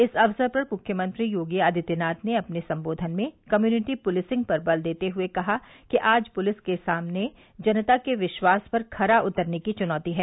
इस अक्सर पर मुख्यमंत्री योगी आदित्यनाथ ने अपने संबोधन में कम्यूनिटी पुलिसिंग पर बल देते हुए कहा कि आज पुलिस के सामने जनता के विश्वास पर खरा उतरने की चुनौती है